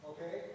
Okay